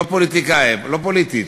לא פוליטית,